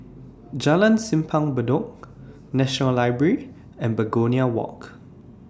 Jalan Simpang Bedok National Library and Begonia Walk